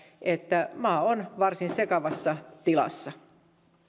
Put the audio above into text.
että maa on varsin sekavassa tilassa